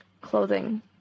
Clothing